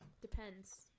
Depends